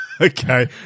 Okay